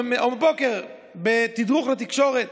אומר בבוקר בתדרוך לתקשורת: